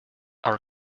our